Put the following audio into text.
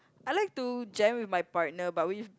I like to jam with my partner but we